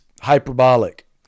hyperbolic